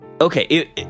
Okay